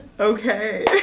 Okay